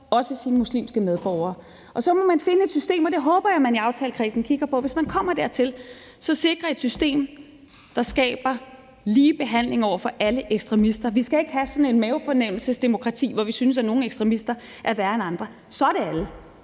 også dine muslimske medborgere. Så må man finde et system, og det håber jeg at man i aftalekredsen kigger på, altså at man, hvis man kommer dertil, så sikrer et system, der skaber ligebehandling over for alle ekstremister. Vi skal ikke have sådan et mavefornemmelsesdemokrati, hvor vi synes, at nogle ekstremister er værre end andre. Så er det alle.